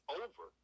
over